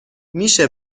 میشه